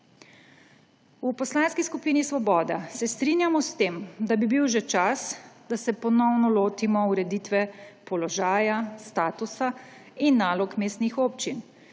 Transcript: V Poslanski skupini Svoboda se strinjamo s tem, da bi bil že čas, da se ponovno lotimo ureditve položaja statusa in nalog mestnih občin,